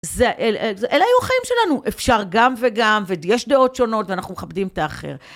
אלה היו החיים שלנו, אפשר גם וגם, ויש דעות שונות ואנחנו מכבדים את האחר.